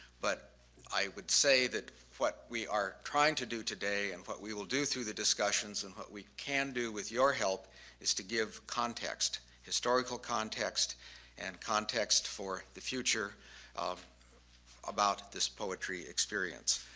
but i would say that what we are trying to do today and what we will do through the discussions and what we can do with your help is to give context, historical context and context for the future about this poetry experience.